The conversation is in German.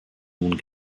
nun